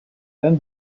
then